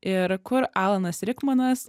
ir kur alanas rikmanas